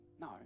No